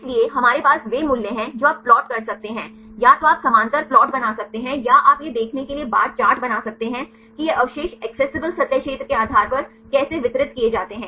इसलिए हमारे पास वे मूल्य हैं जो आप प्लॉट कर सकते हैं या तो आप समानांतर प्लॉट बना सकते हैं या आप यह देखने के लिए बार चार्ट बना सकते हैं कि ये अवशेष एक्सेसिबल सतह क्षेत्र के आधार पर कैसे वितरित किए जाते हैं